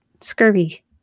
scurvy